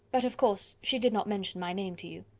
but of course she did not mention my name to you.